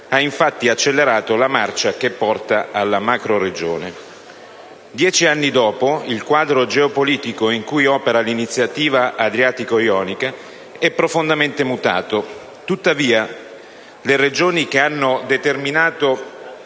ha infatti accelerato la marcia che porta alla macroregione. Dieci anni dopo, il quadro geopolitico in cui opera l'Iniziativa adriatico-ionica è profondamente mutato; tuttavia le ragioni che hanno determinato